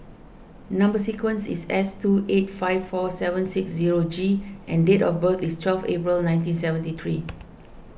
Number Sequence is S two eight five four seven six zero G and date of birth is twelve April nineteen seventy three